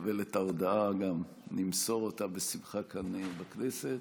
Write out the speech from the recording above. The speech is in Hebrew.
כשנקבל את ההודעה גם נמסור אותה בשמחה כאן, בכנסת.